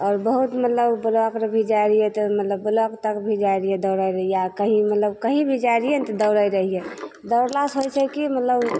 आओर बहुत मतलब ब्लॉक आओर भी जाइ रहिए तऽ मतलब ब्लॉक तक भी जाइ रहिए दौड़ै रहिए आओर कहीँ मतलब कहीँ भी जाइ रहिए ने तऽ दौड़ै रहिए दौड़लासे होइ छै कि मतलब